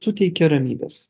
suteikia ramybės